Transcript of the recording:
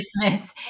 Christmas